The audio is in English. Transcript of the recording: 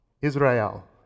israel